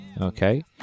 okay